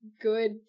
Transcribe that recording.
good